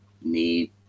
need